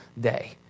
day